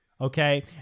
okay